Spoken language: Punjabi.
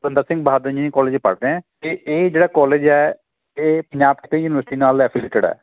ਬੰਦਾ ਸਿੰਘ ਬਹਾਦਰ ਇੰਜੀਨੀਅਰ ਕੋਲਜ 'ਚ ਪੜ੍ਹਦੇ ਹਾਂ ਅਤੇ ਇਹ ਜਿਹੜਾ ਕੋਲਜ ਹੈ ਇਹ ਪੰਜਾਬ 'ਚ ਕਈ ਯੂਨੀਵਰਸਿਟੀ ਨਾਲ ਐਫੀਲੇਟਿਡ ਹੈ